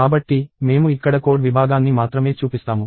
కాబట్టి మేము ఇక్కడ కోడ్ విభాగాన్ని మాత్రమే చూపిస్తాము